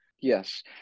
yes